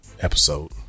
episode